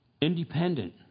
independent